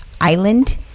Island